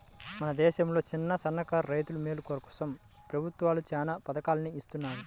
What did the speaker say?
మన దేశంలో చిన్నసన్నకారు రైతుల మేలు కోసం ప్రభుత్వాలు చానా పథకాల్ని ఇత్తన్నాయి